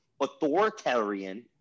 authoritarian